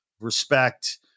respect